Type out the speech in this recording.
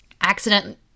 accident